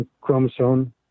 chromosome